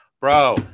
bro